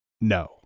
No